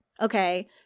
okay